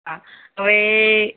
હા હવે